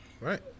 Right